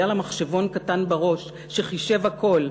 היה לה מחשבון קטן בראש שחישב הכול,